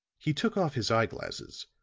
he took off his eye-glasses,